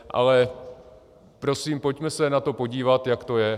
Ale prosím, pojďme se na to podívat, jak to je.